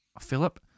Philip